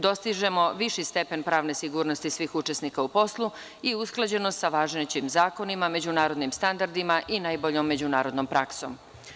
Dostižemo viši stepen pravne sigurnosti svih učesnika u poslu i usklađeno sa važećim zakonima, međunarodnim standardima i najboljom međunarodnom praksom.